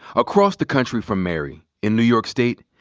across the country from mary in new york state,